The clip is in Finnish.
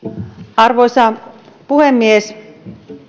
arvoisa puhemies